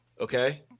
Okay